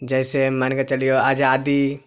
जैसे मानिके चलियौ आजादी